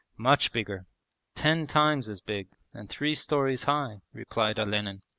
much bigger ten times as big and three storeys high replied olenin.